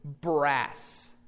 brass